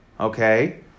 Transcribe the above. Okay